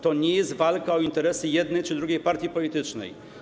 To nie jest walka o interesy jednej czy drugiej partii politycznej.